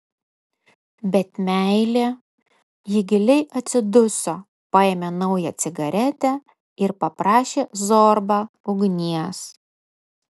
bet meilė ji giliai atsiduso paėmė naują cigaretę ir paprašė zorbą ugnies